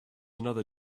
another